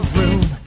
room